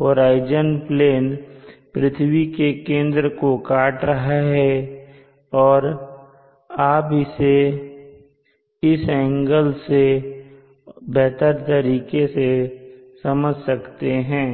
horizon plane पृथ्वी के केंद्र को काट रहा है और आप इसे इस एंगल से और बेहतर तरीके से समझ सकते हैं